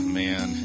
man